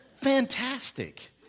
fantastic